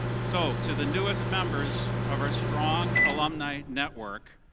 so to the newest members of our strong alumni network,